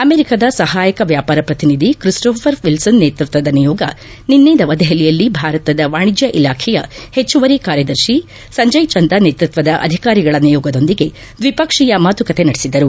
ಅಮೆರಿಕದ ಸಹಾಯಕ ವ್ಯಾಪಾರ ಪ್ರತಿನಿಧಿ ಕ್ರಿಸ್ಟೋಫರ್ ವಿಲ್ಲನ್ ನೇತೃತ್ವದ ನಿಯೋಗ ನಿನ್ನೆ ನವದೆಹಲಿಯಲ್ಲಿ ಭಾರತದ ವಾಣಿಜ್ಯ ಇಲಾಖೆಯ ಹೆಚ್ಚುವರಿ ಕಾರ್ಯದರ್ಶಿ ಸಂಜಯ್ ಚಂಧ ನೇತೃತ್ವದ ಅಧಿಕಾರಿಗಳ ನಿಯೋಗದೊಂದಿಗೆ ದ್ವಿಪಕ್ಷೀಯ ಮಾತುಕತೆ ನಡೆಸಿದರು